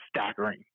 staggering